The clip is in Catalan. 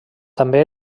també